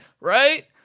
Right